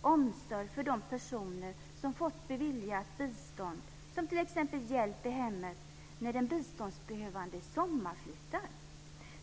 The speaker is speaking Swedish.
omsorg för de personer som fått beviljat bistånd, t.ex. hjälp i hemmet, när den biståndsbehövande sommarflyttar?